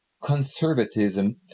conservatism